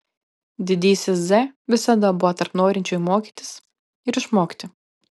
didysis z visada buvo tarp norinčiųjų mokytis ir išmokti